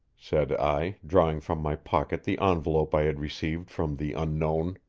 said i, drawing from my pocket the envelope i had received from the unknown.